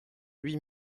huit